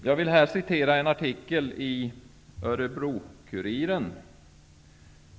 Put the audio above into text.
Jag vill här citera en artikel i Örebro-Kuriren.